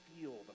feel